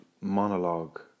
monologue